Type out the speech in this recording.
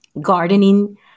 gardening